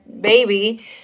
baby